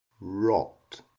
Rot